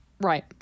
Right